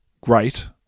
great